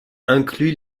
inclut